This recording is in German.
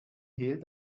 hehl